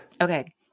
Okay